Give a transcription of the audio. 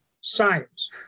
Science